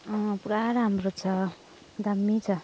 अँ पुरा राम्रो छ दामी छ